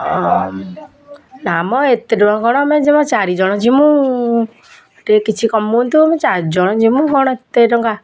ନା ମ ଏତେ ଟଙ୍କା କଣ ଆମେ ଜମା ଚାରିଜଣ ଯିମୁ ଟିକିଏ କିଛି କମୁଅନ୍ତୁ ଆମେ ଜମା ଚାରିଜଣ ଯିମୁ କଣ ଏତେ ଟଙ୍କା